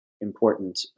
important